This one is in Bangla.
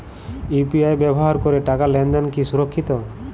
ইউ.পি.আই ব্যবহার করে টাকা লেনদেন কি সুরক্ষিত?